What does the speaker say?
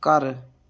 ਘਰ